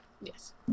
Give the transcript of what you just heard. Yes